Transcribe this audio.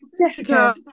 Jessica